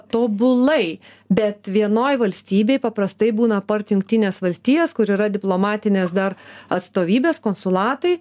tobulai bet vienoj valstybėj paprastai būna apart jungtines valstijas kur yra diplomatinės dar atstovybės konsulatai